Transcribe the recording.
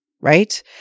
right